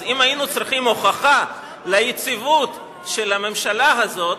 אז אם היינו צריכים הוכחה ליציבות של הממשלה הזאת,